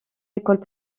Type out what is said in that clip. écoles